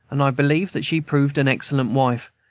and i believe that she proved an excellent wife,